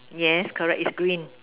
yes correct it's green